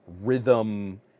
rhythm